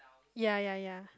ya ya ya